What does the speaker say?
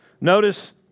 Notice